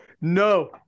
no